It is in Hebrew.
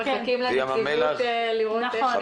נכון.